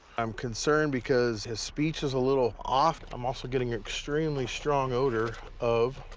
i'm concerned because his speech is a little off. i'm also getting extremely strong odor of